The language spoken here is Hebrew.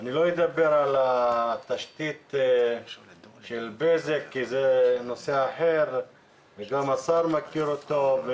אני לא אדבר על התשתית של בזק כי זה נושא אחר שגם השר מכיר אותו,